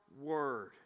word